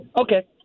Okay